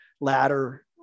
ladder